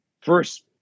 First